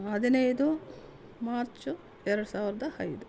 ಹದಿನೈದು ಮಾರ್ಚು ಎರಡು ಸಾವಿರದ ಐದು